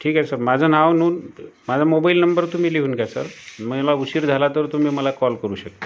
ठीक आहे सर माझं नाव नोंद माझा मोबाईल नंबर तुम्ही लिहून घ्या सर मला उशीर झाला तर तुम्ही मला कॉल करू शकता